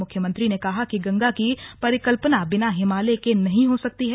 मुख्यमंत्री ने कहा कि गंगा की परिकल्पना बिना हिमालय के नहीं हो सकती है